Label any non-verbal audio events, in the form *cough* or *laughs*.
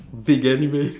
big anime *laughs*